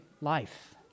life